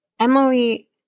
Emily